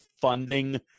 funding –